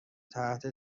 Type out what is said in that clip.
تحت